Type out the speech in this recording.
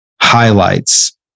highlights